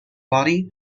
body